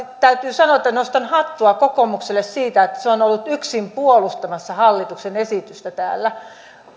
täytyy sanoa että nostan hattua kokoomukselle siitä että se on ollut yksin puolustamassa hallituksen esitystä täällä